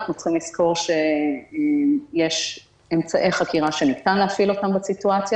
אנחנו צריכים לזכור שיש אמצעי חקירה שניתן להפעיל אותם בסיטואציה